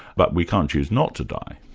but we can't choose not to die.